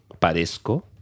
parezco